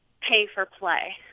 pay-for-play